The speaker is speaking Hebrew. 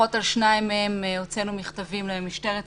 לפחות על שניים מהם הוצאנו מכתבים למשטרת ישראל,